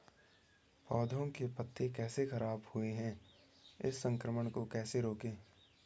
पौधों के पत्ते कैसे खराब हुए हैं इस संक्रमण को कैसे रोकें?